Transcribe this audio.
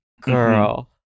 Girl